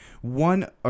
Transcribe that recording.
one